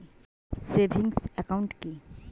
Savings account কি?